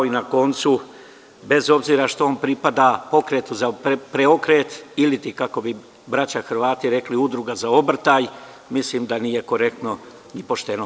I na koncu, bez obzira što on pripada Pokretu za preokret, ili kao bi braća Hrvati rekli - udruga za obrtaj, mislim da nije korektno i pošteno.